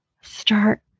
Start